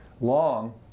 long